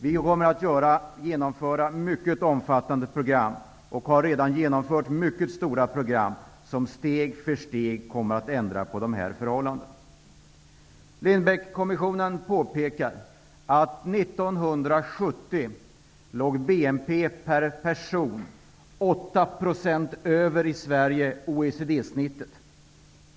Vi kommer att genomföra mycket omfattande program och har redan genomfört mycket stora program som steg för steg kommer att ändra på förhållandena. Lindbeckkommissionen har påpekat att BNP per person 1970 i Sverige låg 8 % över OECD-snittet.